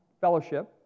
fellowship